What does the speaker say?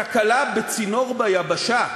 תקלה בצינור ביבשה